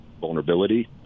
vulnerability